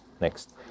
next